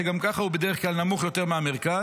שגם ככה הוא בדרך כלל נמוך יותר מהמרכז,